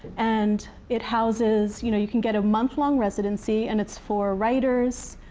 and it houses you know you can get a month long residency, and it's for writers,